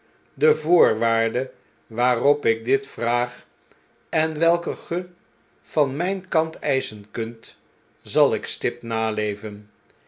de voorwaarde waarop ik dit vraag en welke ge van mp kant eischen kunt zal ik stipt naleven